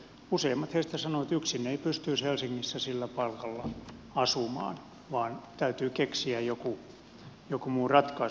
useimmat heistä sanovat että yksin ei pystyisi helsingissä sillä palkalla asumaan vaan täytyy keksiä joku muu ratkaisu